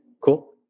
cool